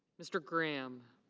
mr. brame.